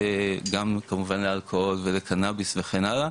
גם כמובן לאלכוהול ולקנאביס וכן הלאה.